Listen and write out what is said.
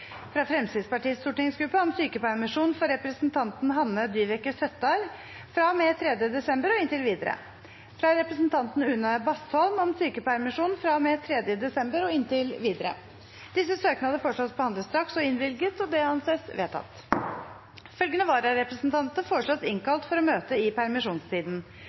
fra Fremskrittspartiets stortingsgruppe om sykepermisjon for representanten Hanne Dyveke Søttar fra og med 3. desember og inntil videre fra representanten Une Bastholm om sykepermisjon fra og med 3. desember og inntil videre Etter forslag fra presidenten ble enstemmig besluttet: Søknadene behandles straks og innvilges. Følgende vararepresentanter innkalles for å møte i permisjonstiden: